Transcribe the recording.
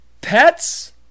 Pets